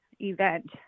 event